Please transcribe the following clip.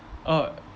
uh